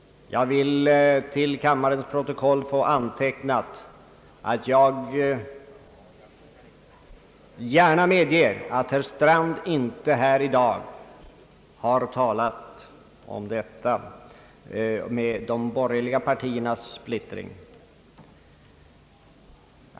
Jag vill till kammarens protokoll få antecknat, att jag gärna medger att herr Strand i dag här inte har talat om de borgerliga partiernas splittring.